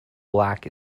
black